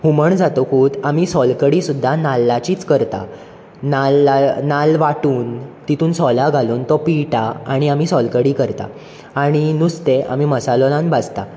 हुमण जातकूत आमी सोल कडी सुद्दां नाल्लाचीच करता नाल्ला नाल्ल वाटून तितून सोलां घालून तो पिळटा आनी आमी सोल कडी करता आनी नुस्तें आमी मसालो लावन भाजता